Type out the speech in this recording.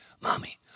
Mommy